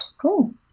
cool